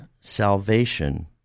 salvation